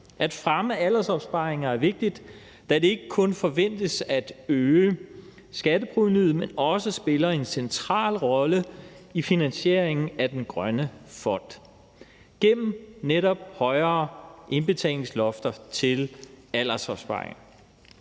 At fremme aldersopsparinger er vigtigt, da det ikke kun forventes at øge skatteprovenuet, men også spiller en central rolle i finansieringen af den grønne fond gennem netop højere indbetalingslofter til aldersopsparing.